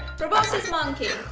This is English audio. proboscis monkey,